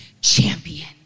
champion